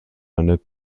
eine